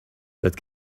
that